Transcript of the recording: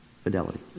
fidelity